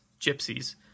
gypsies